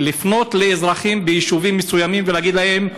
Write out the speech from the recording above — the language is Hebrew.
ויפנה לאזרחים ביישובים מסוימים ויגיד להם: